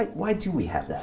ah why do we have that